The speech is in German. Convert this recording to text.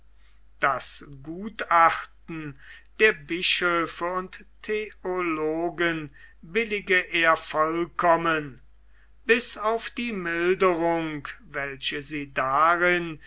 das gutachten der bischöfe und theologen billige er vollkommen bis auf die milderung welche sie darin